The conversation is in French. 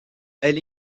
elle